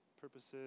purposes